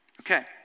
Okay